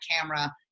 camera